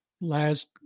last